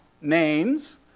names